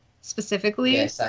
Specifically